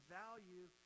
value